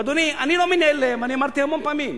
אדוני, אני אמרתי המון פעמים.